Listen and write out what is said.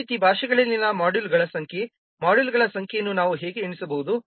ಅದೇ ರೀತಿ ಭಾಷೆಗಳಲ್ಲಿನ ಮಾಡ್ಯೂಲ್ಗಳ ಸಂಖ್ಯೆ ಮಾಡ್ಯೂಲ್ಗಳ ಸಂಖ್ಯೆಯನ್ನು ನಾವು ಹೇಗೆ ಎಣಿಸಬಹುದು